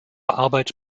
arbeit